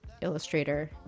illustrator